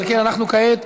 ועל כן אנחנו כעת